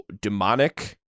demonic